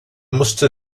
musste